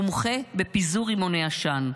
מומחה בפיזור רימוני עשן,